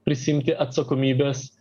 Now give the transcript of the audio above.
prisiimti atsakomybes